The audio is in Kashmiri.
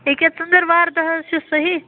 ییٚہ کیاہ ژٔنٕدروارِ دۄہ حظ چھُ صحی